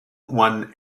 won